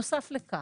נוסף לכך,